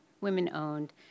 women-owned